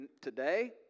today